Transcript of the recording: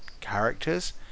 characters